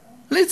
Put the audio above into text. ליצמן.